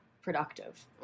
productive